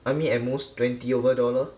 I mean at most twenty over dollar